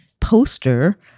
poster